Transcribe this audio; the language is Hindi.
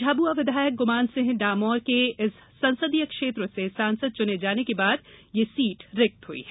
झाबुआ विधायक गुमान सिंह डामोर के इस संसदीय क्षेत्र से सांसद चुने जाने के बाद ये सीट रिक्त हुई है